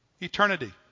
eternity